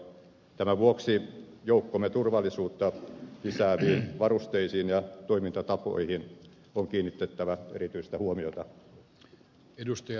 tämän vuoksi joukkomme turvallisuutta lisääviin varusteisiin ja toimintatapoihin on kiinnitettävä erityistä huomiota